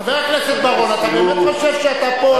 חבר הכנסת בר-און, אתה באמת חושב שאתה פה,